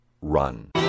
run